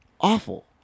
awful